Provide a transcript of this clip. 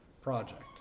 project